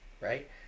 right